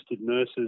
nurses